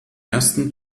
ersten